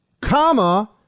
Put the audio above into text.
comma